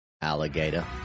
alligator